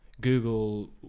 Google